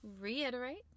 reiterate